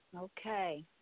Okay